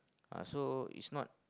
uh so it's not